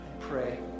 pray